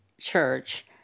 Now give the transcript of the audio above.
church